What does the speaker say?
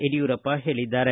ಯಡಿಯೂರಪ್ಪ ಹೇಳಿದ್ದಾರೆ